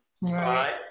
Right